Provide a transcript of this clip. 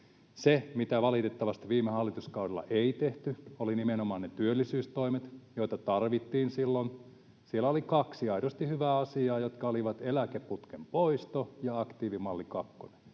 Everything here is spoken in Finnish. Se, mitä valitettavasti viime hallituskaudella ei tehty, olivat nimenomaan ne työllisyystoimet, joita tarvittiin silloin. Siellä oli kaksi aidosti hyvää asiaa, jotka olivat eläkeputken poisto ja aktiivimalli kakkonen.